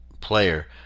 player